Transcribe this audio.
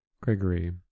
Gregory